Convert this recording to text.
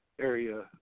area